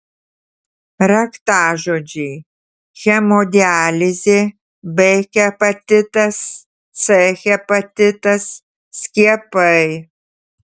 raktažodžiai hemodializė b hepatitas c hepatitas skiepai